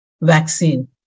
vaccine